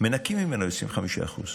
מנכים ממנו 25%?